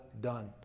done